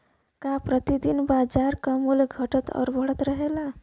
का प्रति दिन बाजार क मूल्य घटत और बढ़त रहेला?